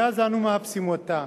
מאז אנחנו מחפשים אותה.